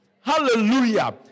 Hallelujah